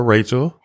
Rachel